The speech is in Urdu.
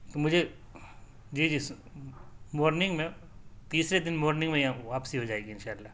تو مجھے جی جی مارننگ میں تیسرے دن مارننگ میں واپسی ہو جائے گی ان شاء اللہ